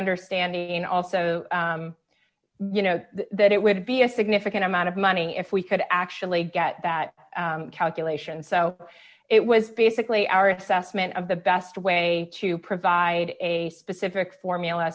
understanding also you know that it would be a significant amount of money if we could actually get that calculation so it was basically our assessment of the best way to provide a specific formula